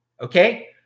Okay